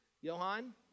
Johan